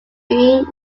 being